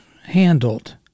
handled